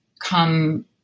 come